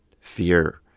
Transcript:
fear